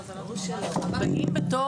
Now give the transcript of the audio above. "באים בטוב",